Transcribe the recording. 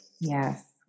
Yes